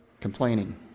complaining